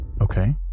Okay